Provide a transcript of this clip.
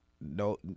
No